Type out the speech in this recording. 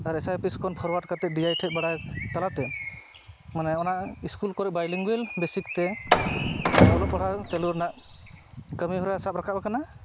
R S I office ᱠᱷᱚᱱ forward ᱠᱟᱛᱮᱫ D I ᱴᱷᱮᱡ ᱵᱟᱲᱟᱭ ᱛᱟᱞᱟᱛᱮ ᱢᱟᱱᱮ ᱚᱱᱟ ᱤᱥᱠᱩᱞ ᱠᱚᱨᱮ ᱵᱟᱭᱳᱼᱞᱤᱝᱜᱩᱞ ᱵᱮᱥᱤᱠᱛᱮ ᱚᱞᱚᱜ ᱯᱟᱲᱦᱟᱣ ᱪᱟᱹᱞᱩ ᱨᱮᱱᱟᱜ ᱠᱟᱹᱢᱤᱦᱚᱨᱟ ᱥᱟᱵ ᱨᱟᱠᱟᱯ ᱟᱠᱟᱱᱟ